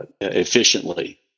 efficiently